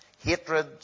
hatred